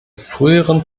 früheren